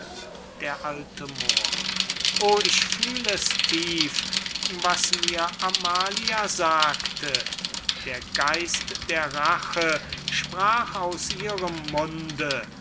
d a moor o ich fühl es tief was mir amalia sagte der geist der rache sprach aus ihrem munde